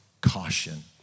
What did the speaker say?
caution